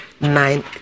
nine